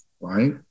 right